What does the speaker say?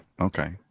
Okay